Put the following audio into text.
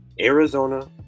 Arizona